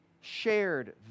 shared